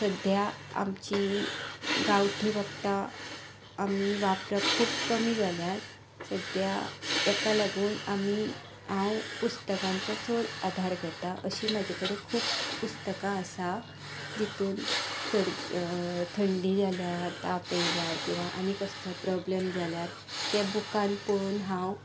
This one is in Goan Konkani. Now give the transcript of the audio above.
सद्द्याक आमचीं गांवठी वखदां आमी वापरप खूब कमी जाल्यां सद्द्याक ताका लागून आमी हांव पुस्तकांचो चड आदार घेता अशीं म्हजे कडेन खूब पुस्तकां आसा जातून सर्दी थंडी जाल्यार ताप आयल्यार किंवा आनी कसलोय प्रोब्लेम जाल्यार त्या बुकान पळोवन हांव